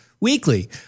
weekly